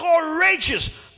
courageous